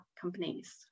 companies